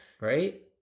Right